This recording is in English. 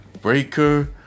Breaker